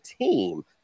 team